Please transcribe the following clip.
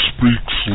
Speaks